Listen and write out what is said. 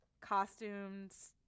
costumes